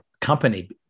company